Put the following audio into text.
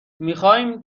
میخواییم